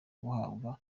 guhabwa